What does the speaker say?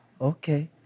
okay